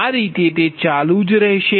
આ રીતે તે ચાલુ રહેશે